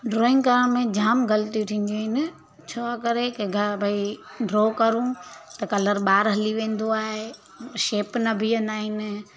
drawing करण में जाम ग़लतियूं थींदियूं आहिनि छो करे की भई ड्रॉ कयूं त कलर ॿाहिरि हली वेंदो आहे शेप न बिहंदा आहिनि